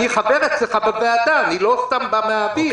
אני חבר בוועדה בראשותך, אני לא סתם בא מן האוויר.